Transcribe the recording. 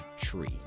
tree